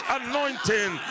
anointing